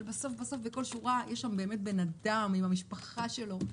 אבל בסוף-בסוף בכל שורה יש אדם עם המשפחה שלו,